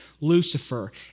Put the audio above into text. Lucifer